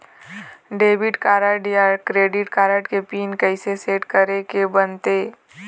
Debit card या credit card के PIN कइसे सेट करे के बनते?